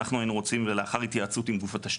אנחנו היינו רוצים שזה היה לאחר התייעצות עם גוף התשתית.